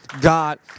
God